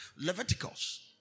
Leviticus